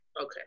Okay